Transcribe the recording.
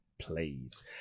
please